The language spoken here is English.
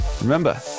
Remember